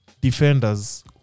defenders